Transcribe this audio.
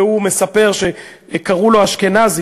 והוא מספר שקראו לו אשכנזי,